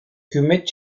hükümet